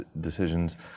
decisions